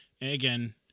again